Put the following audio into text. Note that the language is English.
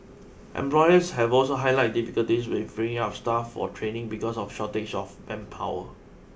employers have also highlighted difficulties with freeing up staff for training because of shortage of manpower